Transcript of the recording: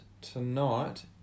tonight